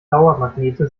dauermagnete